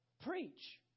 preach